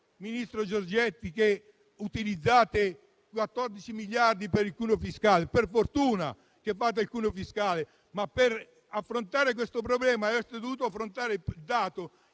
ministro Giorgetti, che utilizzate 14 miliardi per il cuneo fiscale. Per fortuna pensate al cuneo fiscale. Ma, per risolvere questo problema, avreste dovuto affrontare il dato